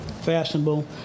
fashionable